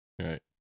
Right